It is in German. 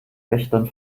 wächtern